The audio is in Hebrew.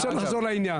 נחזור לעניין.